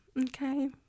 okay